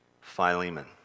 Philemon